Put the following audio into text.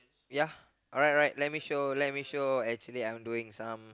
ya alright alright let me show let me show actually I'm doing some